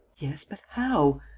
yes, but how?